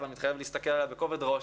אבל מתחייב להסתכל עליה בכובד ראש.